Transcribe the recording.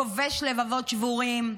כובש לבבות שבורים.